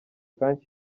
camp